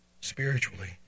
spiritually